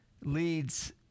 leads